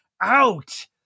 out